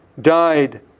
Died